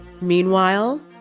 Meanwhile